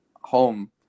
home